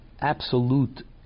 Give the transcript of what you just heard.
absolute